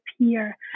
appear